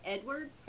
Edward